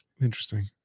Interesting